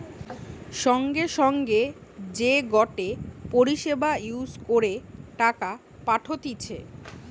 সঙ্গে সঙ্গে যে গটে পরিষেবা ইউজ করে টাকা পাঠতিছে